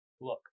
look